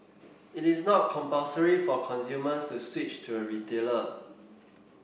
it is not compulsory for consumers to switch to a retailer